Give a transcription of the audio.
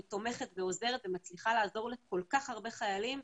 היא תומכת ומצליחה לעזור לכל כך הרבה חיילים.